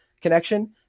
connection